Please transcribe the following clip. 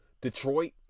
Detroit